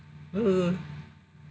uh